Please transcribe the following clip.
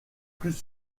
plus